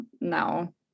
No